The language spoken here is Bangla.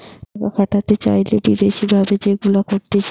টাকা খাটাতে চাইলে বিদেশি ভাবে যেগুলা করতিছে